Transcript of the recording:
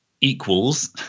equals